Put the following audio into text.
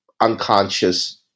unconscious